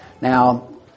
Now